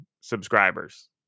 subscribers